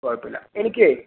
കുഴപ്പമില്ല എനിക്ക്